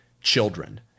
children